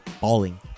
balling